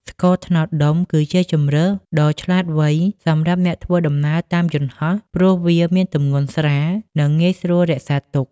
ស្ករត្នោតដុំគឺជាជម្រើសដ៏ឆ្លាតវៃសម្រាប់អ្នកធ្វើដំណើរតាមយន្តហោះ ព្រោះវាមានទម្ងន់ស្រាល និងងាយស្រួលរក្សាទុក។